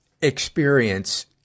experience